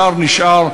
השאר נשאר,